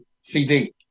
CD